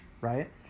right